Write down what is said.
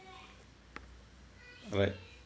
alright